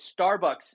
Starbucks